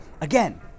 again